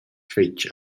fetg